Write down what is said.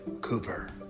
Cooper